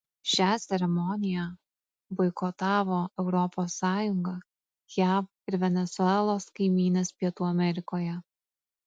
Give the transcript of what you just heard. šią ceremoniją boikotavo europos sąjunga jav ir venesuelos kaimynės pietų amerikoje